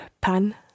pan